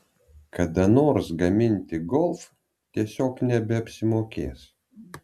kada nors gaminti golf tiesiog nebeapsimokės